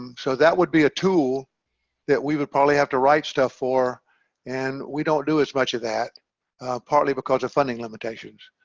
um so that would be a tool that we would probably have to write stuff for and we don't do as much of that partly because of funding limitations